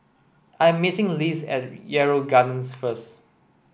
I'm meeting Liz at Yarrow Gardens first